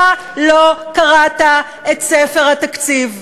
אתה לא קראת את ספר התקציב.